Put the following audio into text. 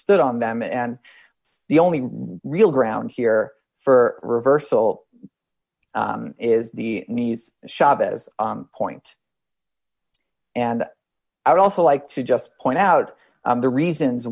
stood on them and the only real ground here for reversal is the knees chavez point and i'd also like to just point out the reasons